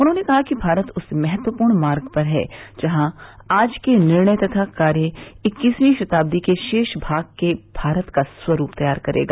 उन्होंने कहा कि भारत उस महत्वपूर्ण मार्ग पर है जहां आज के निर्णय तथा कार्य इक्कसवीं शतादी के शेष भाग के भारत का स्वरूप तैयार करेगा